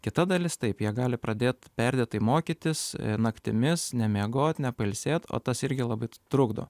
kita dalis taip jie gali pradėt perdėtai mokytis naktimis nemiegot nepailsėt o tas irgi labai trukdo